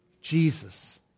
Jesus